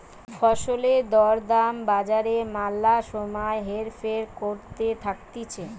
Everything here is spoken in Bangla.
ফসলের দর দাম বাজারে ম্যালা সময় হেরফের করতে থাকতিছে